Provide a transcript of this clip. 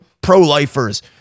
pro-lifers